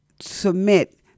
submit